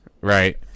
right